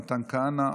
מתן כהנא,